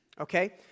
Okay